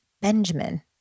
Benjamin